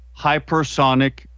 hypersonic